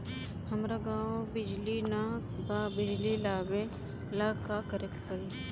हमरा गॉव बिजली न बा बिजली लाबे ला का करे के पड़ी?